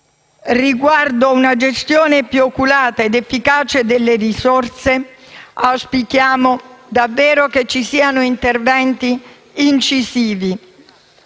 Riguardo una gestione più oculata ed efficace delle risorse, auspichiamo davvero che ci siano interventi incisivi,